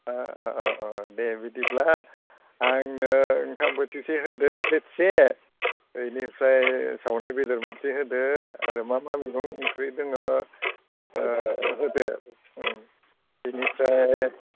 दे बिदिब्ला आंनो ओंखाम बोथिसे होदो प्लेटसे इनिफ्राय सावनाय बेदर मोनसे होदो आरो मा मा मैगं ओंख्रि दोङो होदो बिनिफ्राय